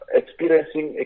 experiencing